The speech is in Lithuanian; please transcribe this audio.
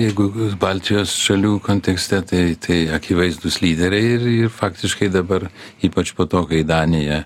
jeigu baltijos šalių kontekste tai tai akivaizdūs lyderiai ir ir faktiškai dabar ypač po to kai danija